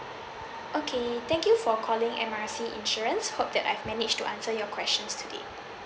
okay thank you for calling M R C insurance for that I've managed to answer your questions today